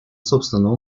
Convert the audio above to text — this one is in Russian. собственном